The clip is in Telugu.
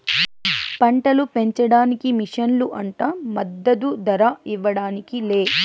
పంటలు పెంచడానికి మిషన్లు అంట మద్దదు ధర ఇవ్వడానికి లే